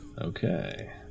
Okay